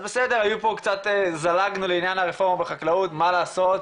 אז בסדר, זלגנו לעניין הרפורמה בחקלאות, מה לעשות,